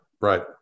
right